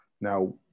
Now